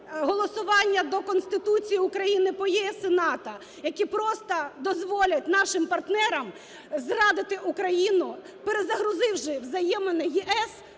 голосування до Конституції України по ЄС і НАТО, які просто дозволять нашим партнерам зрадити Україну, перезагрузивши взаємини ЄС,